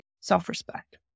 Self-respect